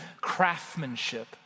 craftsmanship